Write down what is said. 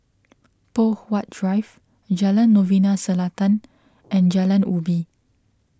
Poh Huat Drive Jalan Novena Selatan and Jalan Ubi